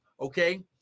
okay